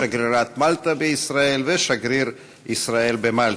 שגרירת מלטה בישראל ושגריר ישראל במלטה.